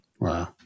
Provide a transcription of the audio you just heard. wow